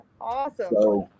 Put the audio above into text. Awesome